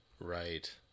Right